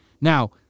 Now